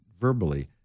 verbally